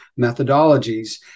methodologies